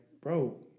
bro